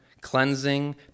cleansing